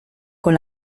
con